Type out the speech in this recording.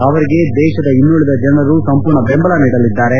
ಅವರಿಗೆ ದೇಶದ ಇನ್ನುಳಿದ ಜನರು ಸಂಪೂರ್ಣ ಬೆಂಬಲ ನೀಡಲಿದ್ದಾರೆ